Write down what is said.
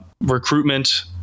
recruitment